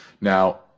Now